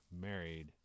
married